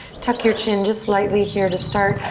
tuck your chin just slightly here to start,